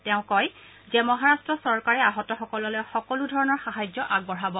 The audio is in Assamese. তেওঁ কয় যে মহাৰট্ট চৰকাৰে আহতসকললৈ সকলো ধৰণৰ সাহায্য আগবঢ়াব